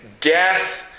death